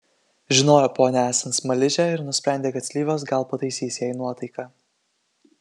žinojo ponią esant smaližę ir nusprendė kad slyvos gal pataisys jai nuotaiką